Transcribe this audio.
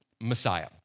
Messiah